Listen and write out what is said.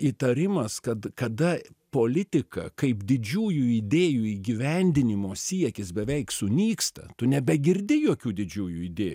įtarimas kad kada politika kaip didžiųjų idėjų įgyvendinimo siekis beveik sunyksta tu nebegirdi jokių didžiųjų idėjų